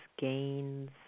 gains